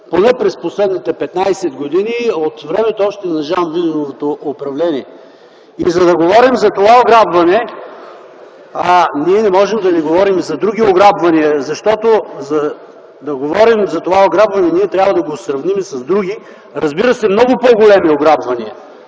поне през последните 15 години от времето още на Жан Виденовото управление. За да говорим за това ограбване, ние не може да не говорим и за други ограбвания. Защото, за да говорим за това ограбване, ние трябва да го сравним и с други, разбира се, много по-големи ограбвания,